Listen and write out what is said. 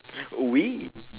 oui